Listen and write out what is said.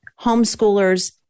homeschoolers